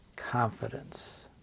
confidence